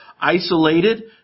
isolated